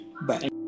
bye